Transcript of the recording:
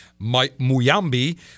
Muyambi